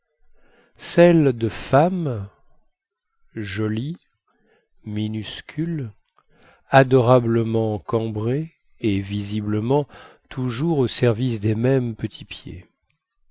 celle de femme jolie minuscule adorablement cambrée et visiblement toujours au service des mêmes petits pieds